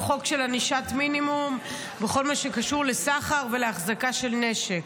הוא חוק של ענישת מינימום בכל מה שקשור לסחר ולהחזקה של נשק.